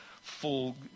full